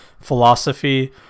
philosophy